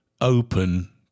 open